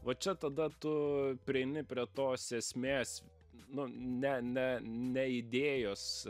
va čia tada tu prieini prie tos esmės nu ne ne ne idėjos